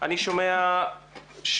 אני שומע שכנראה